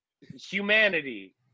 humanity